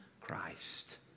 Christ